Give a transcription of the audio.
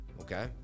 Okay